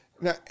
Now